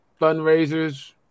fundraisers